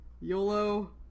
YOLO